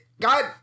God